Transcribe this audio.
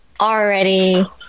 already